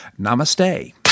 Namaste